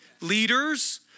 Leaders